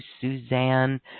Suzanne